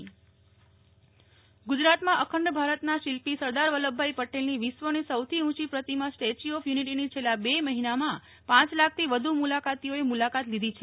Nefal Thakkar statue of unity ગુજરાતમાં અખંડ ભારતના શિલ્પી સરદાર વલ્લભભાઈ પટેલની વિશ્વની સૌથી ઊંચી પ્રતિમા સ્ટેચ્યુ ઓફ યુનિટીની છેલ્લા બે મહિનામાં પાંચ લાખથી વધુ મુલાકાતીઓએ મુલાકાત લીધી છે